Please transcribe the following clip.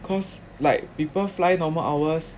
cause like people fly normal hours